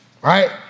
Right